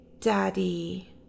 daddy